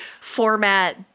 format